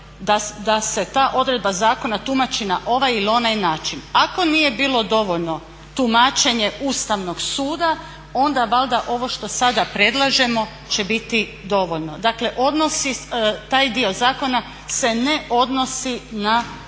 da se ta odredba zakona tumači na ovaj ili ona način. Ako nije bilo dovoljno tumačenje Ustavnog suda onda valjda ovo što sada predlažemo će biti dovoljno. Dakle odnosi, taj dio zakona se ne odnosi na